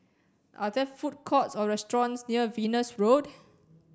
are there food courts or restaurants near Venus Road